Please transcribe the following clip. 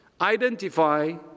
identify